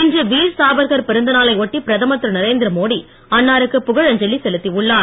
இன்று வீர் சாவர்க்கர் பிறந்தநாளை ஒட்டி பிரதமர் இருநரேந்திர மோடி அன்னாருக்கு புகழ் அஞ்சலி செலுத்தியுள்ளார்